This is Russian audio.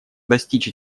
достичь